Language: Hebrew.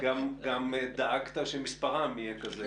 גם דאגת שמספרם יהיה כזה